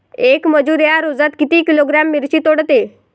येक मजूर या रोजात किती किलोग्रॅम मिरची तोडते?